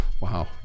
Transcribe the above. Wow